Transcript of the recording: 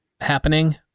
happening